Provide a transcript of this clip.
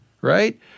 Right